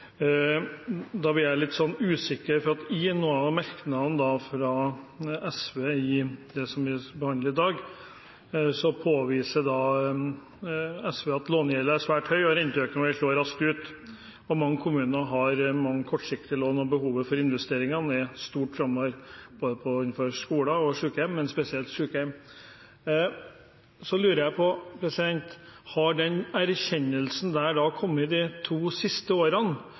Da blir jeg litt usikker, for i noen av merknadene fra SV i det som vi behandler i dag, påviser SV at lånegjelden er svært høy og at en renteøkning vil slå raskt ut. Og mange kommuner har mange kortsiktige lån og behovet for investeringer er stort framover innenfor både skole og sykehjem, men spesielt sykehjem. Så lurer jeg på: Har den erkjennelsen da kommet de to siste årene?